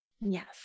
Yes